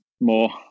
more